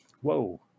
whoa